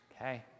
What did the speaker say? Okay